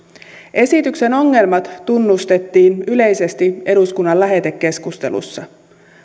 esityksen ongelmat tunnustettiin yleisesti eduskunnan lähetekeskustelussa